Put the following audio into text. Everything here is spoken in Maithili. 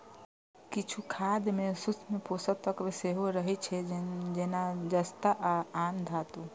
किछु खाद मे सूक्ष्म पोषक तत्व सेहो रहै छै, जेना जस्ता आ आन धातु